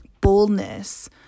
boldness